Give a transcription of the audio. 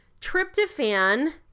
tryptophan